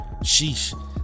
Sheesh